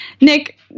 Nick